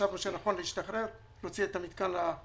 חשבנו שנכון להשתחרר, להוציא את המתקן להפרטה